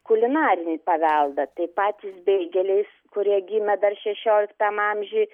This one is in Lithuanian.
kulinarinį paveldą tai patys beigeliai kurie gimė dar šešioliktam amžiuj